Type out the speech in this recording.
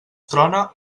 trona